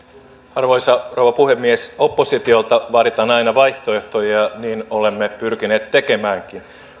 arvoisa rouva puhemies oppositiolta vaaditaan aina vaihtoehtoja niin olemme pyrkineet tekemäänkin